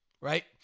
right